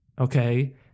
okay